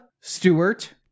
Stewart